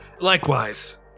Likewise